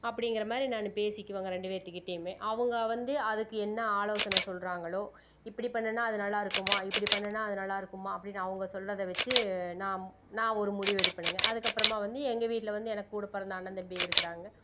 அப்படிங்கிற மாதிரி நான் பேசிக்குவேங்க ரெண்டு பேருத்து கிட்டேயுமே அவங்க வந்து அதுக்கு என்ன ஆலோசனை சொல்கிறாங்களோ இப்படி பண்ணின்னா அது நல்லாயிருக்கும்மா இப்படி பண்ணின்னா அது நல்லாயிருக்கும்மா அப்படின்னு அவங்க சொல்கிறத வச்சு நாம் நான் ஒரு முடிவு எடுப்பேனுங்க அதுக்கப்புறமா வந்து எங்கள் வீட்டில் வந்து எனக்கு கூட பிறந்த அண்ணன் தம்பிகள் இருக்கிறாங்க